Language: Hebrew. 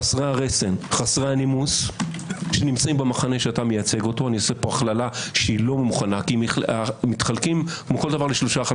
חסרי הרסן והנימוס שנמצאים במחנה שאתה מייצג אותו הם מתחלקים לשלושה: